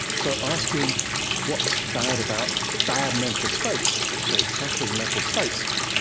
so asking what's bad about bad mental states, sort of suffering mental states,